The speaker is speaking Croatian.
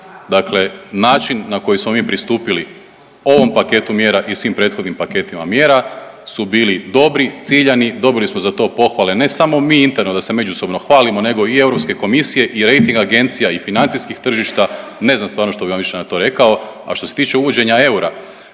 Dakle, način na koji smo mi pristupili ovom paketu mjera i svim prethodnim paketima mjera su bili dobri, ciljani. Dobili smo za to pohvale ne samo mi interno da se međusobno hvalimo, nego i Europske komisije i rejting agencija i financijskih tržišta. Ne znam stvarno što bih vam više na to rekao. A što se tiče uvođenja eura